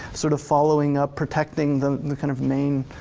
sort of following up, protecting the kind of main,